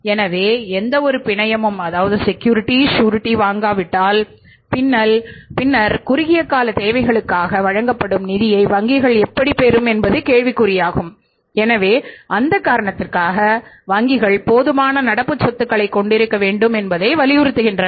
எனவே எந்தவொரு பிணையும் வாங்காவிட்டால் பின்னர் குறுகிய கால தேவைகளுக்காக வழங்கப்படும் நிதியை வங்கிகள் எப்பிடி பெரும் என்பது கேள்விக்குறியாகும் எனவே அந்த காரணத்திற்காக வங்கிகள் போதுமான நடப்பு சொத்துக்களைக் கொண்டிருக்க வேண்டும் என்பதைக் வலியுறுத்துகின்றன